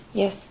yes